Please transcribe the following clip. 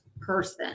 person